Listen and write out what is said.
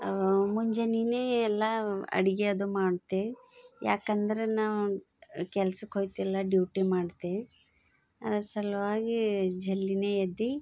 ಮುಂಜಾನೆನೇ ಎಲ್ಲ ಅಡ್ಗೆ ಅದು ಮಾಡ್ತೆ ಯಾಕೆಂದ್ರೆ ನಾನು ಕೆಲ್ಸಕ್ಕೆ ಹೋಗ್ತೆ ಎಲ್ಲ ಡ್ಯುಟಿ ಮಾಡ್ತೆ ಆ ಸಲುವಾಗಿ ಜಲ್ದಿನೇ ಎದ್ದು